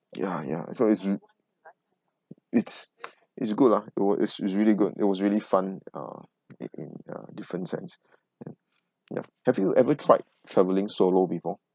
ya ya so it's it's it's good lah it was it's really good it was really fun uh in in a different sense ya have you ever tried travelling solo before